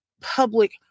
public